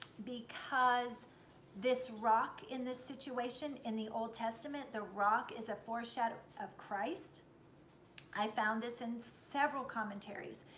because this rock in this situation, in the old testament the rock is a foreshadow of christ i found this in several commentaries,